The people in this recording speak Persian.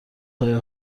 های